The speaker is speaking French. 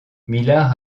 millar